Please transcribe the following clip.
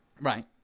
Right